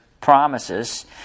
promises